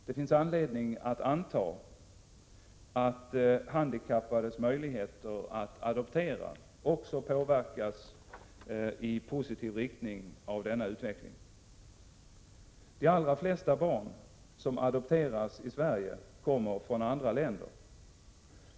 Det finns anledning att anta att handikappades möjligheter att adoptera också påverkas i positiv riktning av denna utveckling. De allra flesta barn som adopteras i Sverige kommer från andra länder.